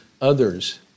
others